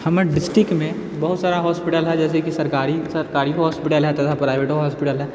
हमर डिस्ट्रिक्टमे बहुत सारा हॉस्पिटल हइ जैसेकि सरकारी सरकारिओ हॉस्पिटल हइ तथा प्राइवेटो हॉस्पिटल हइ